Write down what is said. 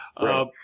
Right